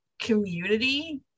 community